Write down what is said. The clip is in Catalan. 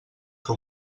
que